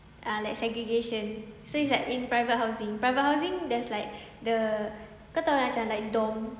ah like segregation so it's like in private housing private housing there's like the kau tahu macam dorm